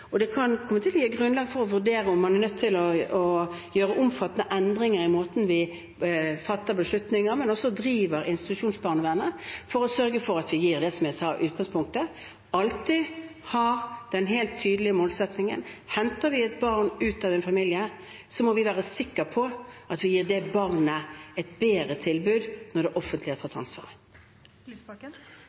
Det kan komme til å gi grunnlag for å vurdere om man er nødt til å gjøre omfattende endringer i måten vi fatter beslutninger på, men også i måten vi driver institusjonsbarnevernet på, for å sørge for at vi alltid, som jeg sa i utgangspunktet, har den helt tydelige målsettingen: Henter vi et barn ut av en familie, må vi være sikre på at vi gir det barnet et bedre tilbud når det offentlige har overtatt ansvaret. Audun Lysbakken